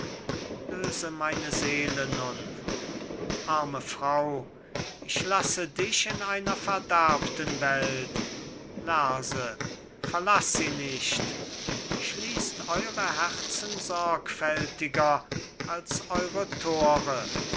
löse meine seele nun arme frau ich lasse dich in einer verderbten welt lerse verlaß sie nicht schließt eure herzen sorgfältiger als eure tore